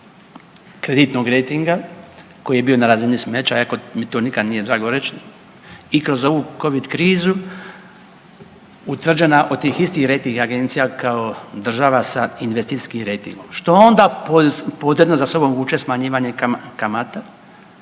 kreditnog rejtinga koji je bio na razini smeća, iako mi to nikad nije drago reć i kroz ovu covid krizu utvrđenja od tih istih rejting agencija kao država sa investicijskim rejtingom, što onda podredno za sobom vuče smanjivanje kamata,